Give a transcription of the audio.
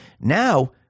Now